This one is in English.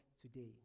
today